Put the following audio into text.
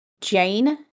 Jane